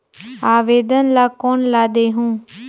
आवेदन ला कोन ला देहुं?